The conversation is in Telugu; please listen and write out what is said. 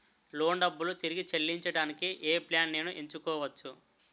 లోన్ డబ్బులు తిరిగి చెల్లించటానికి ఏ ప్లాన్ నేను ఎంచుకోవచ్చు?